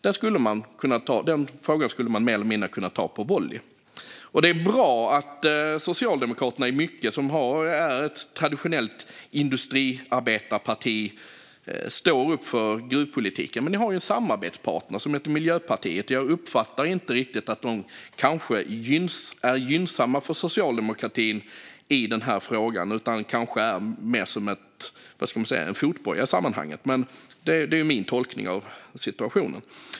Den frågan skulle man mer eller mindre kunna ta på volley. Det är bra att Socialdemokraterna, som är ett traditionellt industriarbetarparti, i mycket står upp för gruvpolitiken. Men ni har ju en samarbetspartner som heter Miljöpartiet, och jag uppfattar inte riktigt att de är gynnsamma för socialdemokratin i den här frågan. Kanske är de mer som en fotboja i sammanhanget. Det är min tolkning av situationen.